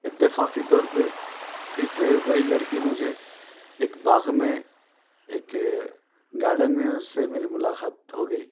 اتفاقی طور پہ پھر سے وہی لڑکی مجھے ایک باغ میں ایک گارڈن میں اس سے میری ملاقات ہو گئی